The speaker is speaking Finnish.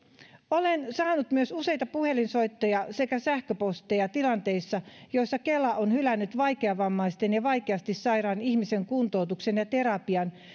olen saanut myös useita puhelinsoittoja sekä sähköposteja tilanteissa joissa kela on hylännyt vaikeavammaisen ja vaikeasti sairaan ihmisen kuntoutuksen ja terapian